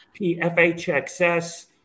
PFHXS